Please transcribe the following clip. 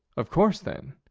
of course then,